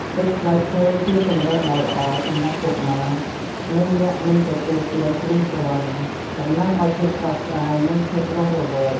ទឹកផ្លែឈើជាជម្រើសដ៏ល្អសម្រាប់កុមារ និងអ្នកមិនទទួលទានគ្រឿងស្រវឹង តំណាងឱ្យភាពស្រស់ស្រាយ និងភាពរស់រវើក។